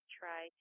try